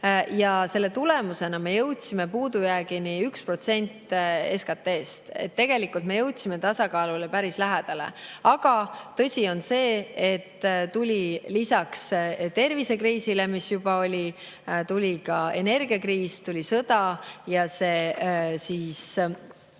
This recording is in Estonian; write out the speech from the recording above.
Selle tulemusena me jõudsime puudujäägini 1% SKT‑st. Tegelikult me jõudsime tasakaalule päris lähedale. Aga tõsi on see, et lisaks tervisekriisile, mis juba oli, tuli ka energiakriis, tuli sõda ja auk kärises